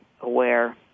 Aware